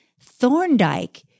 Thorndike